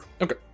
okay